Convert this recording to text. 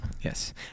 Yes